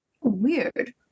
Weird